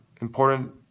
important